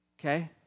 Okay